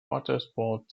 watersports